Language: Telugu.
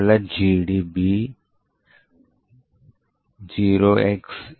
py అని పిలువబడే చిన్న python స్క్రిప్ట్ను వ్రాస్తాము